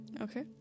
Okay